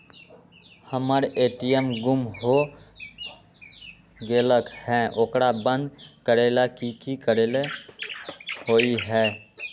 हमर ए.टी.एम गुम हो गेलक ह ओकरा बंद करेला कि कि करेला होई है?